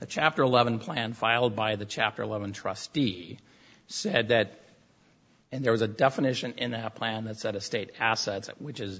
that chapter eleven plan filed by the chapter eleven trustee said that there was a definition in the plan that's out of state assets which is